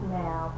now